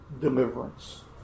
deliverance